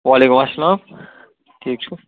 وعلیکُم اسَلام ٹھیٖک چھِو